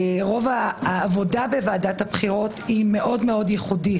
רוב העבודה בוועדת הבחירות מאוד מאוד ייחודית.